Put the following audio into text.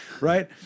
right